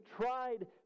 tried